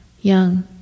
Young